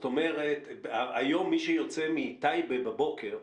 היום מי שיוצא מטייבה בבוקר,